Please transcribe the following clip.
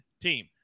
team